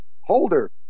Holder